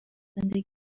زندگی